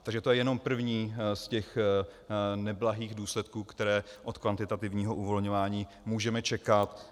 Takže to je jenom první z těch neblahých důsledků, které od kvantitativního uvolňování můžeme čekat.